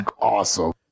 awesome